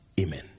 Amen